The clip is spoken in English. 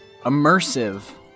immersive